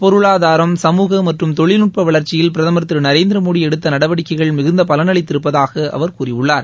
பொருளாதாரம் சமூக மற்றும் தொழில்நுட்ப வளர்ச்சியில் பிரதமர் திரு நரேந்திரமோடி எடுத்த நடவடிக்கைகள் மிகுந்த பலனளித்திருப்பதாக அவர் கூறியுள்ளார்